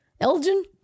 Elgin